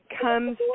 comes